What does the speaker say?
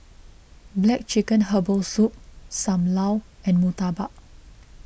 Black Chicken Herbal Soup Sam Lau and Murtabak